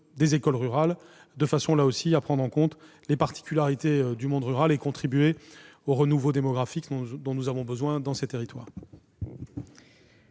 aux écoles rurales, de façon à prendre en compte, là aussi, les particularités du monde rural et à contribuer au renouveau démographique dont nous avons besoin dans ces territoires.